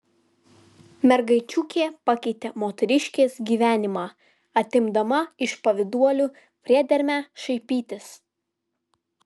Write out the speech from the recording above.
mergaičiukė pakeitė moteriškės gyvenimą atimdama iš pavyduolių priedermę šaipytis